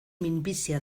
minbizia